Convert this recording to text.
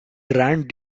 grand